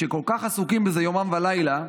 שכל כך עסוקים בזה יומם ולילה,